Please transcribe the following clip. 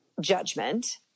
judgment